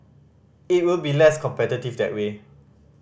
it will be less competitive that way